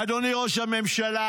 אדוני ראש הממשלה,